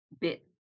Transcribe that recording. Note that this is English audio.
bit